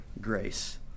grace